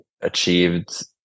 achieved